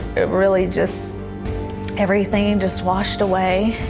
it really just everything just washed away.